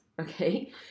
okay